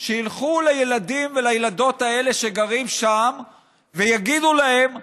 ילכו לילדים ולילדות האלה שגרים שם ויגידו להם: